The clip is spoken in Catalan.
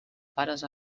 pares